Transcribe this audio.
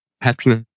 happiness